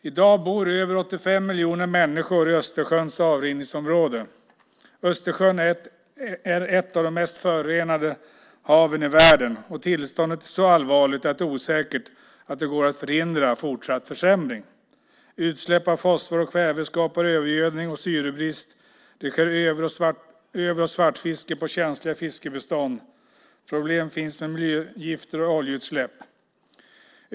I dag bor över 85 miljoner människor i Östersjöns avrinningsområde. Östersjön är ett av de mest förorenade haven i världen. Tillståndet är så allvarligt att det är osäkert om det går att hindra fortsatt försämring. Utsläpp av fosfor och kväve skapar övergödning och syrebrist. Det sker över och svartfiske på känsliga fiskebestånd. Problem finns med miljögifter och oljeutsläpp.